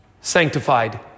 sanctified